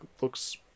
looks